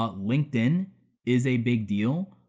ah linkedin is a big deal.